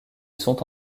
sont